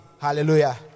Hallelujah